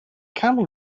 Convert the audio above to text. camel